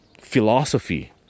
philosophy